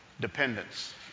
Dependence